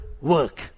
work